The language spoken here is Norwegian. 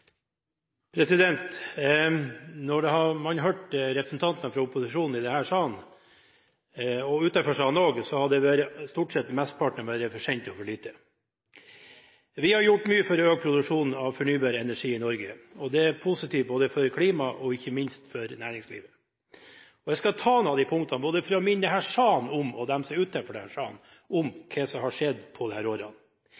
opposisjonen i denne salen, og utenfor salen også, har man stort sett fått høre at mesteparten har vært for sent og for lite. Vi har gjort mye for å øke produksjonen av fornybar energi i Norge, og det er positivt både for klimaet og ikke minst for næringslivet. Jeg skal ta noen av de punktene, både for å minne denne salen og dem som er utenfor denne salen, om